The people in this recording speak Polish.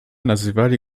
nazywali